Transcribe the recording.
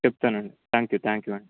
చెప్తాను అండి thank you thank you అండి